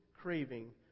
craving